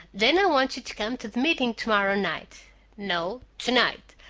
then i want you to come to the meeting to-morrow night no, to-night,